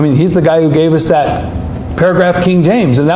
i mean he's the guy who gave us that paragraph king james. and that